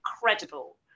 incredible